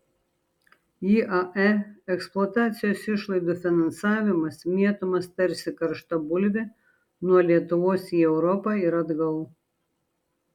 iae eksploatacijos išlaidų finansavimas mėtomas tarsi karšta bulvė nuo lietuvos į europą ir atgal